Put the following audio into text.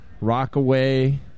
Rockaway